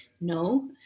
No